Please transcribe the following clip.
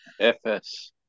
FS